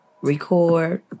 record